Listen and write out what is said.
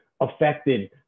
affected